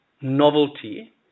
novelty